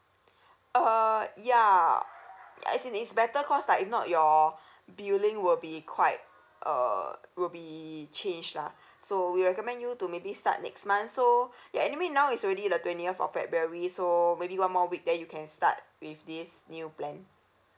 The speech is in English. uh ya as in it's better cause like if not your billing will be quite uh will be changed lah so we recommend you to maybe start next month so ya anyway now is already the twentieth of february so maybe one more week then you can start with this new plan